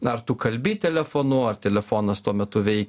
ar tu kalbi telefonu ar telefonas tuo metu veikia